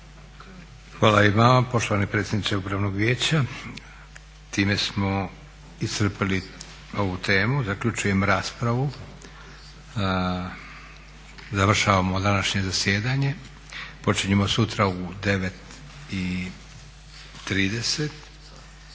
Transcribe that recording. Hvala i vama poštovani predsjedniče upravnog vijeća. Time smo iscrpili ovu temu. Zaključujem raspravu. Završavamo današnje zasjedanje. Počinjemo sutra u 9,30